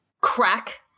crack